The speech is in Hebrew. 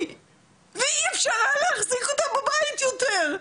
ואי אפשר היה להחזיק אותה בבית יותר.